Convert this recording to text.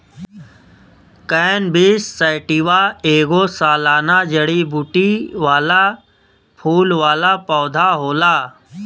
cannabis sativa ऐगो सालाना जड़ीबूटी वाला फूल वाला पौधा होला